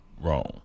wrong